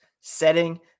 setting